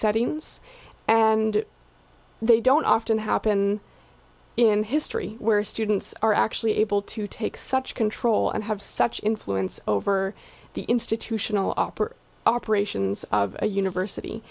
settings and they don't often happen in history where students are actually able to take such control and have such influence over the institutional oper operations of a university